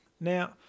Now